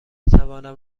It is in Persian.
توانم